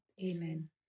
Amen